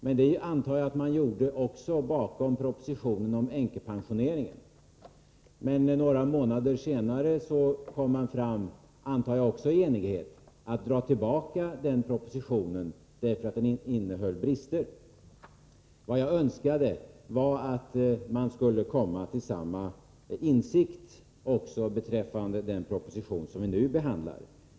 Jag antar att detsamma gällde propositionen om änkepensioneringen. Några månader senare kom man emellertid fram till — också då i enighet, antar jag — att man borde dra tillbaka propositionen, därför att den innehöll brister. Jag gav uttryck för min önskan att man skulle komma till samma insikt också beträffande den proposition som vi nu behandlar.